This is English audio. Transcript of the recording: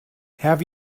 have